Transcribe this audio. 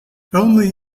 only